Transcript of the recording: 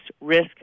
risk